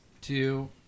two